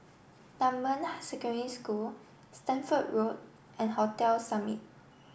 Dunman Secondary School Stamford Road and Hotel Summit